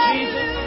Jesus